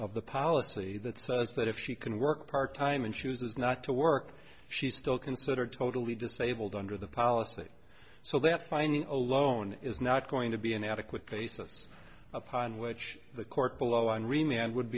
of the policy that says that if she can work part time and chooses not to work she's still considered totally disabled under the policy so that finding alone is not going to be an adequate basis upon which the court below and remain and would